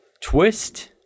twist